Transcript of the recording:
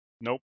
Nope